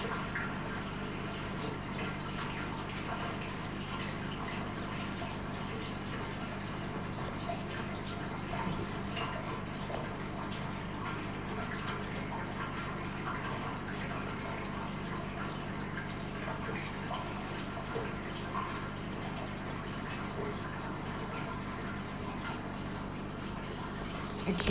okay